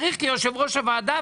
כיושב-ראש הוועדה,